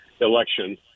election